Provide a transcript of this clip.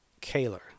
Kaler